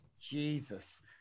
jesus